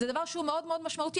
זה דבר שהוא מאוד מאוד משמעותי,